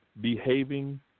behaving